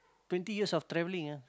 twenty years of travelling ah